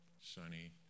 sunny